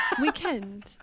Weekend